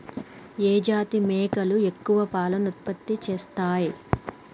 ఏ జాతి మేకలు ఎక్కువ పాలను ఉత్పత్తి చేస్తయ్?